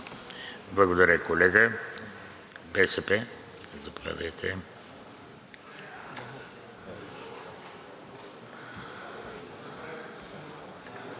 Благодаря, колега. БСП,